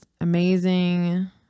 amazing